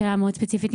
שאלה מאוד ספציפית,